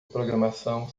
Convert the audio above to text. programação